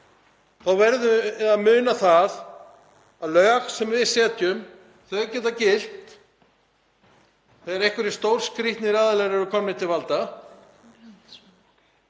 þá verðum við að muna það að lög sem við setjum geta gilt þegar einhverjir stórskrýtnir aðilar eru komnir til valda,